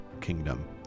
kingdom